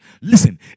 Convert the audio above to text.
Listen